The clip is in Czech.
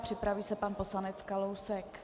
Připraví se pan poslanec Kalousek.